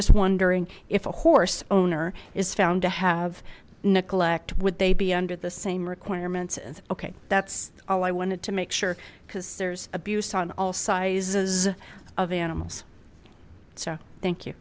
just wondering if a horse owner is found to have neglect would they be under the same requirements as ok that's all i wanted to make sure because there's abuse on all sizes of animals thank you